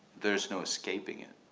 there's no escaping it.